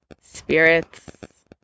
spirits